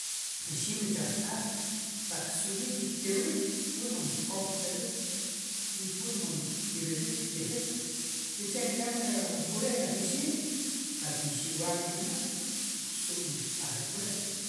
Aixim rech ajtq'aaj taq ksub'nik y ktewrik, pur mon koow ktelik, i pur mom kkiririk, rtijik, sicha' mkamb'ri ajwre'laj ixim qatz mxi' waake wnaq ruk' ksub' mxqajik, wi'.